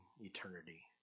eternity